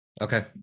Okay